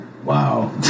wow